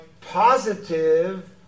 positive